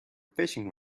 fishing